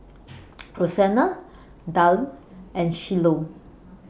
Rosena Daryle and Shiloh